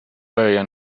börjar